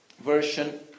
version